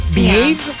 behave